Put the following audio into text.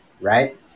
Right